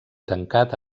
tancat